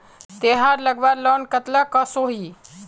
तेहार लगवार लोन कतला कसोही?